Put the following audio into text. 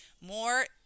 more